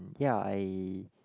ya I